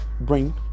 brain